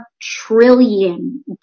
trillion